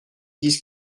dise